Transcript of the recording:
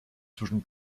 zwischen